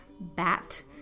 BAT